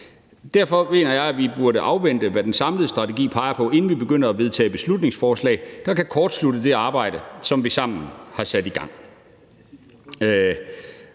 Derfor mener jeg, at vi burde afvente, hvad den samlede strategi peger på, inden vi begynder at vedtage beslutningsforslag, der kan kortslutte det arbejde, som vi sammen har sat i gang.